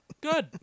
Good